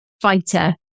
Fighter